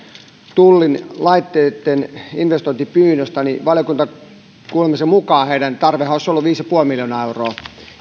tullin laitteitten investointipyynnöstä valiokuntakuulemisen mukaanhan heidän tarpeensa olisi ollut viisi pilkku viisi miljoonaa euroa